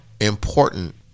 important